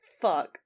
fuck